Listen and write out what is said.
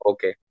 Okay